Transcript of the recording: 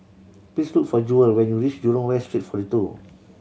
please look for Jewel when you reach Jurong West Street Forty Two